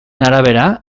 arabera